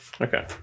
Okay